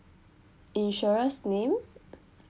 insurer's name